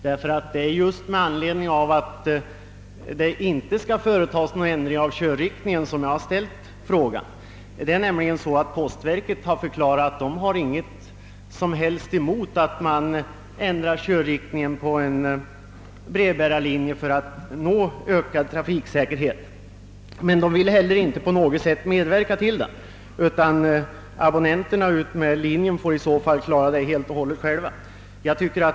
Det var med anledning därav jag ställde min fråga. Postverket har förklarat att det inte har något emot att man ändrar körriktningen på en brevbärarlinje för att få ökad trafiksäkerhet men det vill inte heller på något sätt medverka till en ändring. Abonnenterna utmed linjen får i så fall klara det själva.